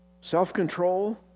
Self-control